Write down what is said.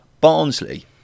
Barnsley